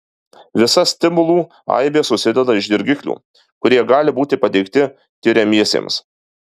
visa stimulų aibė susideda iš dirgiklių kurie gali būti pateikti tiriamiesiems